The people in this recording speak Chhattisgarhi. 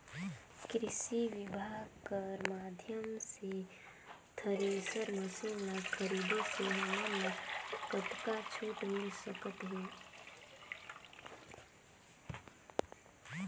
कृषि विभाग कर माध्यम से थरेसर मशीन ला खरीदे से हमन ला कतका छूट मिल सकत हे?